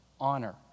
honor